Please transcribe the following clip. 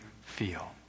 feel